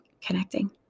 connecting